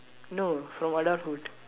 no from adulthood